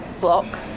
block